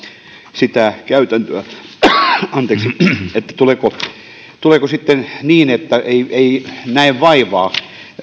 sitä käytäntöä tuleeko tuleeko sitten käymään niin että ei ei näe vaivaa